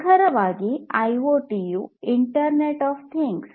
ನಿಖರವಾಗಿ ಐಓಟಿ ಯು internet of things